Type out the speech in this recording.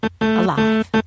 alive